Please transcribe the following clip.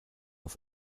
auf